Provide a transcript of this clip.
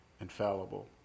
infallible